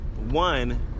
One